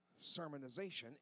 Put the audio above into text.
Sermonization